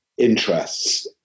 Interests